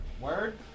Word